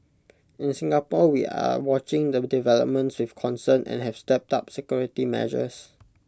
in Singapore we are watching the developments with concern and have stepped up security measures